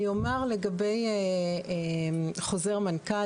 אני אומר לגבי חוזר מנכ"ל,